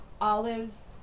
olives